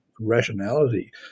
rationality